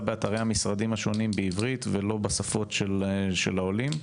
באתרי המשרדים השונים בעברית ולא בשפות של העולים,